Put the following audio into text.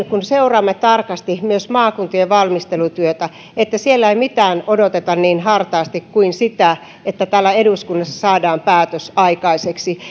kun seuraamme tarkasti myös maakuntien valmistelutyötä että siellä ei mitään odoteta niin hartaasti kuin sitä että täällä eduskunnassa saadaan päätös aikaiseksi